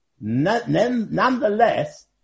nonetheless